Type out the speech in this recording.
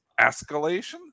escalation